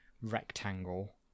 rectangle